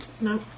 No